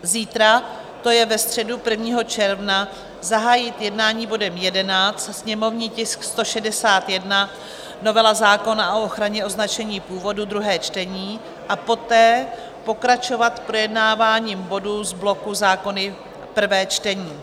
Zítra, to je ve středu 1. června, zahájit jednání bodem 11, sněmovní tisk 161, novela zákona o ochraně označení původu druhé čtení, a poté pokračovat projednáváním bodů z bloku Zákony prvé čtení.